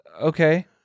okay